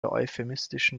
euphemistischen